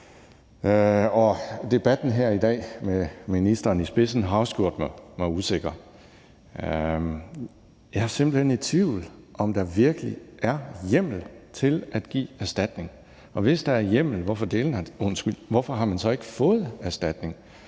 Og debatten her i dag med ministeren i spidsen har også gjort mig usikker. Jeg er simpelt hen i tvivl om, hvorvidt der virkelig er hjemmel til at give erstatning, og hvis der er hjemmel, hvorfor har man så ikke fået erstatning?